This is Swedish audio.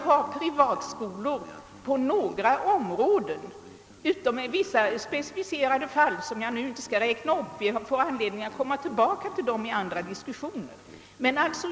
Det bör inte finnas privatskolor, utom i vissa specificerade fall som jag inte nu skall räkna upp — vi får anledning återkomma därtill vid andra tillfällen.